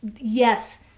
yes